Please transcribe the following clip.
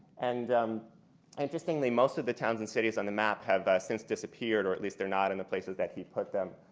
and um interestingly, most of the towns and cities on the map have since disappeared or at least are not in the places that he put them.